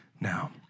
now